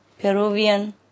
Peruvian